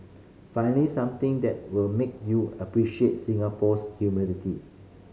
finally something that will make you appreciate Singapore's humidity